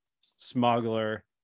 smuggler